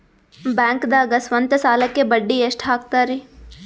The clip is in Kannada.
ಬ್ಯಾಂಕ್ದಾಗ ಸ್ವಂತ ಸಾಲಕ್ಕೆ ಬಡ್ಡಿ ಎಷ್ಟ್ ಹಕ್ತಾರಿ?